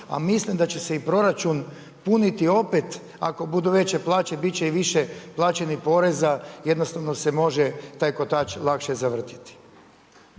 A mislim da će se i proračun puniti opet ako budu veće plaće bit će i više plaćenih poreza, jednostavno se može taj kotač lakše zavrtjeti.